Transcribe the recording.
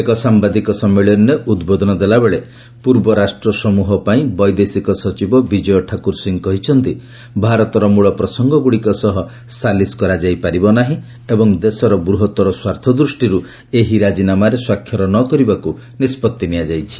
ଏକ ସାମ୍ଭାଦିକ ସମ୍ମିଳନୀରେ ଉଦ୍ବୋଧନ ଦେଲାବେଳେ ପୂର୍ବ ରାଷ୍ଟ୍ର ସମୃହ ପାଇଁ ବୈଦେଶିକ ସଚିବ ବିଜୟ ଠାକୁର ସିଂହ କହିଛନ୍ତି ଭାରତର ମୂଳ ପ୍ରସଙ୍ଗଗୁଡ଼ିକ ସହ ସାଲିସ କରାଯାଇ ପାରିବ ନାହିଁ ଏବଂ ଦେଶର ବୃହତର ସ୍ୱାର୍ଥ ଦୃଷ୍ଟିରୁ ଏହି ରାଜିନାମାରେ ସ୍ୱକ୍ଷର ନ କରିବାକୁ ନିଷ୍ପଭି ନିଆଯାଇଛି